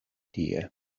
tie